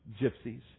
gypsies